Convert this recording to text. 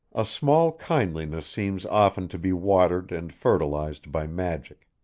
a small kindliness seems often to be watered and fertilized by magic.